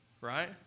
Right